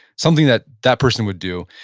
something that that person would do.